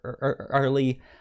early